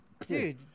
Dude